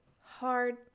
hard